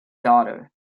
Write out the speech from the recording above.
daughter